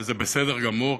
וזה בסדר גמור,